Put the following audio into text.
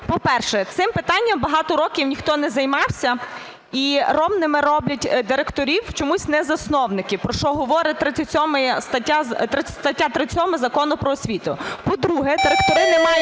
По-перше, цим питанням багато років ніхто не займався, і …… роблять директорів чомусь не засновники, про що говорить стаття 37 Закону "Про освіту". По-друге, директори не мають